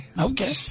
okay